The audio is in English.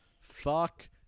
Fuck